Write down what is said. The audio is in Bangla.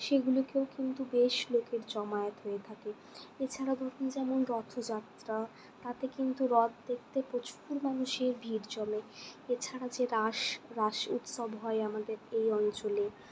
সেগুলিকেও কিন্তু বেশ লোকের জমায়ত হয়ে থাকে এছাড়া ধরুন যেমন রথযাত্রা তাতে কিন্তু রথ দেখতে প্রচুর মানুষই ভিড় জমে এছাড়া যে রাস রাস উৎসব হয় আমাদের এই অঞ্চলে